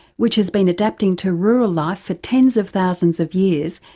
which has been adapting to rural life for tens of thousands of years,